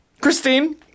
Christine